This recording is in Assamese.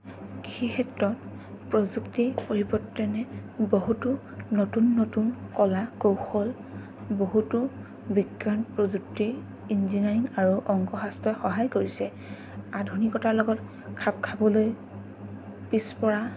কৃষি ক্ষেত্ৰত প্ৰযুক্তিৰ পৰিৱৰ্তনে বহুতো নতুন নতুন কলা কৌশল বহুতো বিজ্ঞান প্ৰযুক্তি ইঞ্জিনিয়াৰিং আৰু অঙ্ক শাস্ত্ৰই সহায় কৰিছে আধুনিকতাৰ লগত খাপ খাবলৈ পিছপৰা